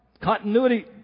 Continuity